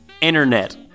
Internet